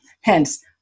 Hence